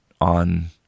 on